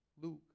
Luke